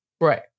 Right